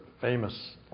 famous